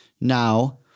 Now